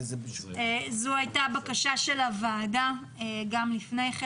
זו הייתה הבקשה של הוועדה גם לפני כן.